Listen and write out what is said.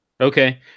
Okay